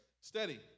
Steady